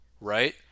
right